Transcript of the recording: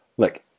Look